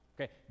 Okay